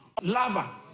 lava